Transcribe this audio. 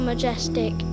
majestic